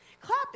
Clap